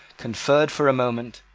conferred for a moment,